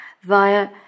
via